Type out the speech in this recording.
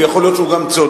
ויכול להיות שהוא גם צודק,